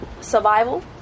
Survival